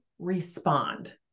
respond